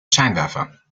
scheinwerfer